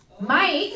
Mike